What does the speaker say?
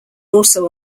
also